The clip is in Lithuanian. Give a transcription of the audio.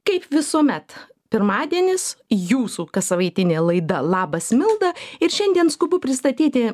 kaip visuomet pirmadienis jūsų kassavaitinė laida labas milda ir šiandien skubu pristatyti